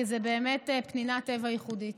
כי זאת באמת פנינת טבע ייחודית.